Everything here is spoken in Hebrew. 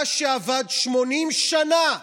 מה שעבד 80 שנה,